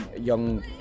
young